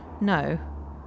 No